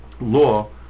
law